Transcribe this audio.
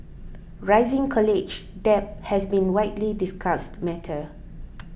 rising college debt has been widely discussed matter